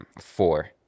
four